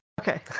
okay